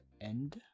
end